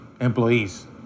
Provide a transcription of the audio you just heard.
employees